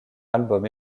album